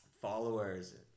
followers